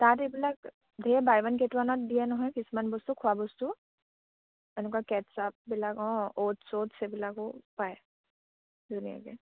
তাত এইবিলাক ধেৰ বাই ৱান গেট ৱানত দিয়ে নহয় কিছুমান বস্তু খোৱা বস্তু এনেকুৱা কেট চপবিলাক অঁ অ'টছ টটছ এইবিলাকো পায় ধুনীয়াকে